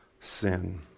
sin